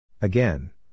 Again